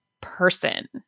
person